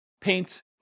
paint